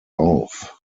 auf